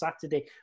Saturday